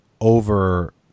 over